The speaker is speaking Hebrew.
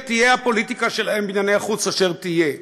תהיה הפוליטיקה שלהם בענייני החוץ אשר תהיה,